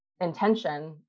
intention